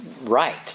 right